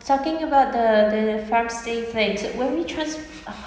talking about the the farmstay place when we trans~